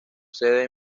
sede